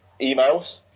emails